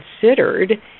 considered